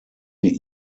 sie